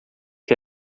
que